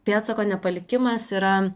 pėdsako nepalikimas yra